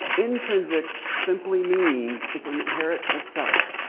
intrinsic simply means it's inherent itself.